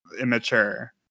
immature